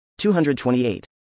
228